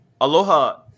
aloha